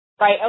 Right